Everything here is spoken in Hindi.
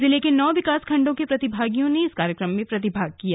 जिले के नौ विकास खण्डों के प्रतिभागियों ने इस कार्यक्रम में भाग लिया